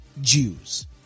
Jews